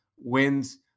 wins